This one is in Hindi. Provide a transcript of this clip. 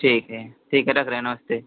ठीक है ठीक है रख रहें नमस्ते